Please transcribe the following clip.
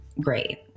great